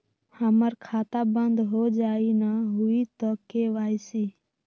हमर खाता बंद होजाई न हुई त के.वाई.सी?